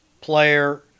player